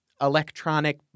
electronic